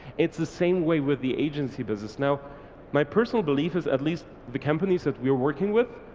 it's the same way with the agency business. now my personal belief is at least the companies that we were working with,